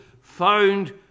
found